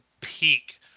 peak